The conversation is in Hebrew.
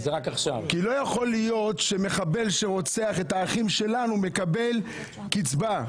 כי לא יכול להיות שמחבל שרוצח את האחים שלנו מקבל קצבה,